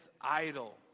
idol